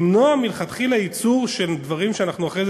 למנוע מלכתחילה ייצור של דברים שאחרי זה